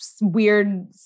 weird